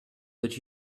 that